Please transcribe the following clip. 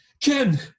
ken